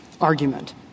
argument